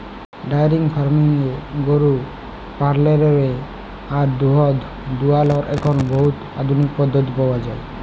diary ফার্মিংয়ে গরু পাললেরলে আর দুহুদ দুয়ালর এখল বহুত আধুলিক পদ্ধতি পাউয়া যায়